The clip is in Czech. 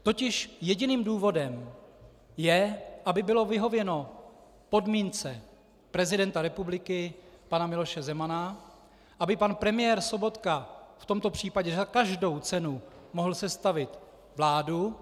Totiž jediným důvodem je, aby bylo vyhověno podmínce prezidenta republiky pana Miloše Zemana, aby pan premiér Sobotka v tomto případě za každou cenu mohl sestavit vládu.